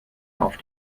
auf